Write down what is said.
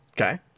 Okay